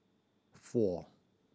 four